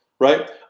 Right